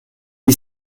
est